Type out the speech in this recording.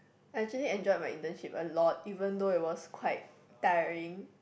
I actually enjoyed my internship a lot even though it was quite tiring